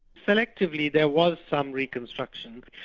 selectively there was some reconstruction,